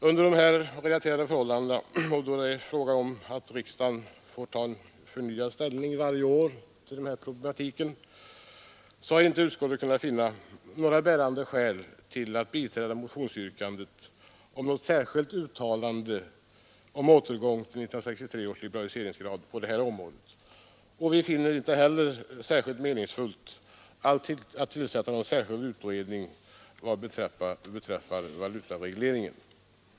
Under här relaterade förhållanden, och då detta är en fråga som riksdagen får ta förnyad ställning till varje år, har utskottet inte funnit några bärande skäl till att biträda motionsyrkandet om ett särskilt uttalande om återgång till 1969 års liberaliseringsgrad på detta område. Inte heller finner vi det särskilt meningsfullt att tillsätta en särskild utredning beträffande valutaregleringen.